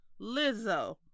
Lizzo